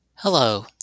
Hello